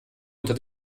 unter